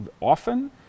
often